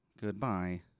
goodbye